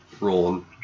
rolling